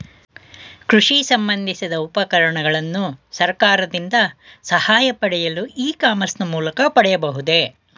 ಕೃಷಿ ಸಂಬಂದಿಸಿದ ಉಪಕರಣಗಳನ್ನು ಸರ್ಕಾರದಿಂದ ಸಹಾಯ ಪಡೆಯಲು ಇ ಕಾಮರ್ಸ್ ನ ಮೂಲಕ ಪಡೆಯಬಹುದೇ?